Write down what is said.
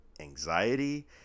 anxiety